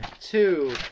two